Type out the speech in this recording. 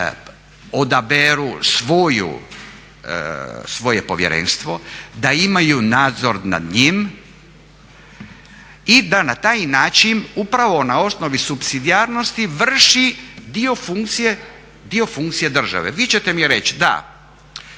odaberu svoje povjerenstvo, da imaju nadzor nad njim i da na taj način upravo na osnovi supsidijarnosti vrši dio funkcije države. Vi ćete mi reći da